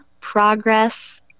Progress